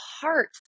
heart